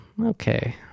Okay